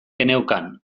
geneukan